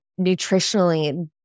nutritionally